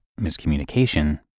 miscommunication